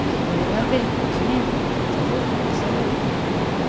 ଏହି ଭଳି ଭାବେ ଆମେ ସବୁ ପ୍ରସାଦ ଖାଇଥାଉ